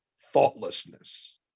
thoughtlessness